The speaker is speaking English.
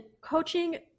coaching